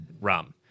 rum